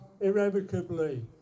irrevocably